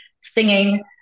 singing